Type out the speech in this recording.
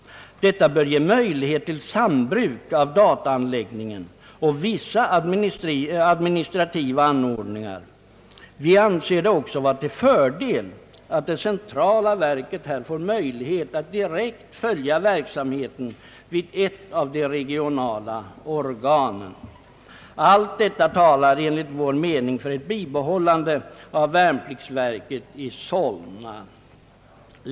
Detta bör ge möjlighet till sambruk av dataanläggningen och vissa administrativa anordningar. Vi anser det också vara till fördel att det centrala verket här får möjlighet att direkt följa verksamheten vid ett av de regionala organen. Allt detta talar enligt vår mening för ett bibehållande av värnpliktsverket i Solna.